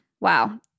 wow